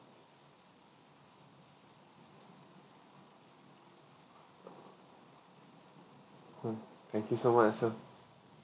mm thank you so much so